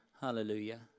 Hallelujah